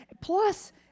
Plus